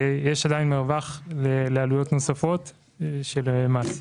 יש עדיין מרווח לעלויות נוספות של מעסיק.